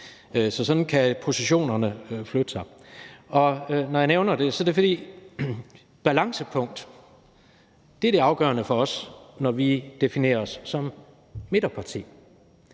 sådan kan positionerne flytte sig. Når jeg nævner det, er det, fordi det at finde et balancepunkt er det afgørende for os, når vi definerer os som midterparti.